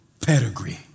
pedigree